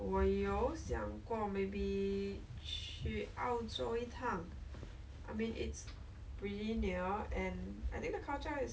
so you like 我是希望 like our parents will will actually bring us there bring me there again so that I don't need to pay right